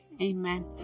Amen